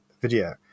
video